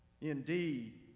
indeed